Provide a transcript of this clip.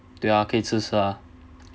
对啊可以吃蛇啊